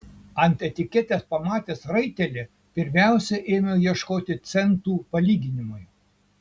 ant etiketės pamatęs raitelį pirmiausia ėmiau ieškoti centų palyginimui